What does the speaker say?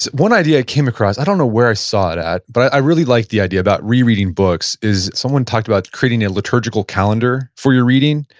one idea i came across, i don't know where i saw it at, but i really liked the idea about rereading books is someone talked about creating a liturgical calendar for your reading.